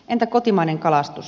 entä kotimainen kalastus